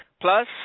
Plus